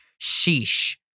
Sheesh